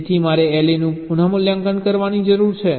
તેથી મારે LA નું પુનઃમૂલ્યાંકન કરવાની જરૂર છે